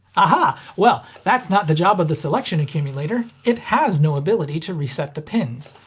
aha! well, that's not the job of the selection accumulator. it has no ability to reset the pins.